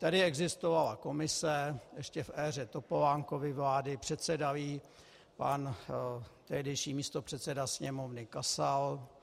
Tady existovala komise, ještě v éře Topolánkovy vlády, předsedal jí tehdejší místopředseda Sněmovny Kasal.